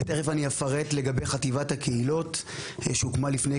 ותכף אני אפרט לגבי חטיבת הקהילות שהוקמה לפני